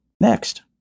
next